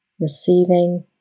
Receiving